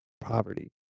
poverty